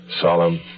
solemn